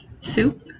soup